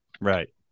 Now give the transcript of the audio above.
Right